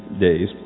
days